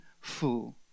full